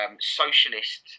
socialist